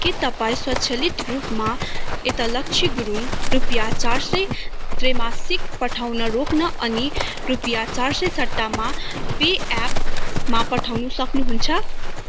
के तपाईँ स्वचालित रूपमा ऐतलक्षी गुरुङ रुपियाँ चार सय त्रैमासिक पठाउन रोक्न अनि रुपियाँ चार सय सट्टामा पे एपमा पठाउनु सक्नु हुन्छ